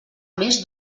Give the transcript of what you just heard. més